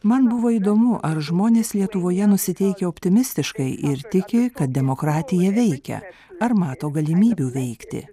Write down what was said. man buvo įdomu ar žmonės lietuvoje nusiteikę optimistiškai ir tiki kad demokratija veikia ar mato galimybių veikti